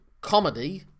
comedy